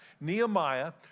Nehemiah